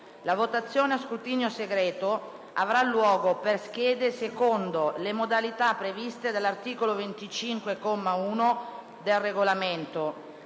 La votazione, a scrutinio segreto, avrà luogo per schede, secondo le modalità previste dall'articolo 25, comma 1, del Regolamento.